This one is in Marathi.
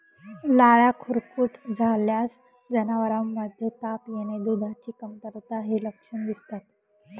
लाळ्या खुरकूत झाल्यास जनावरांमध्ये ताप येणे, दुधाची कमतरता हे लक्षण दिसतात